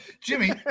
jimmy